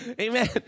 Amen